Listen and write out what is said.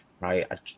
right